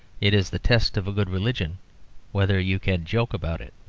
it is the test of a good religion whether you can joke about it.